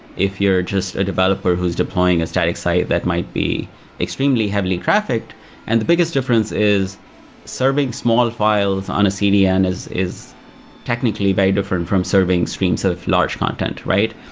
if you're just a developer who's deploying a static site that might be extremely heavily trafficked and the biggest difference is serving small files on a cdn is is technically very different from serving streams of large content, right?